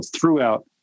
throughout